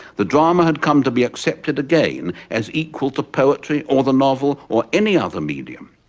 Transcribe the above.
the drama had come to be accepted again as equal to poetry or the novel, or any other medium.